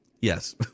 Yes